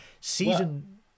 Season